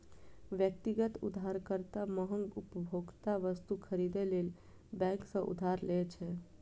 व्यक्तिगत उधारकर्ता महग उपभोक्ता वस्तु खरीदै लेल बैंक सं उधार लै छै